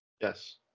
Yes